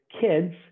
kids